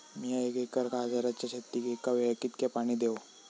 मीया एक एकर गाजराच्या शेतीक एका वेळेक कितक्या पाणी देव?